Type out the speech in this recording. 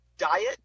diet